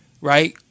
right